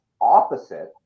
opposite